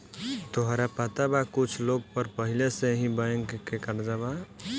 तोहरा पता बा कुछ लोग पर पहिले से ही बैंक के कर्जा बा